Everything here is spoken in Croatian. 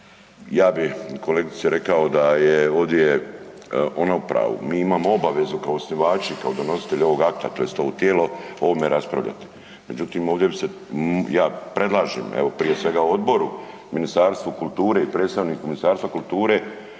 Ja bi kolegice rekao da je ovdje ona u pravu, mi imamo obavezu kao osnivači, kao donositelji ovog akta tj. ovo tijelo o ovome raspravljati međutim ovdje bi se, ja predlažem evo prije svega odboru, Ministarstvu kulture i predstavniku Ministarstva kulture